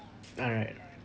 all right